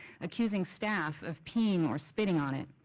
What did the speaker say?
accusing staff of peeing or spitting on it.